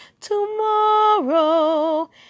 tomorrow